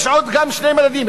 יש עוד שני מדדים,